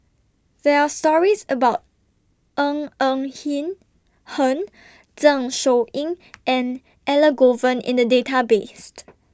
There Are stories about Ng Eng Hen Zeng Shouyin and Elangovan in The Database